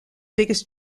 biggest